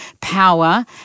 power